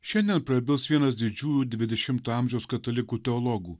šiandien prabils vienas didžiųjų dvidešimto amžiaus katalikų teologų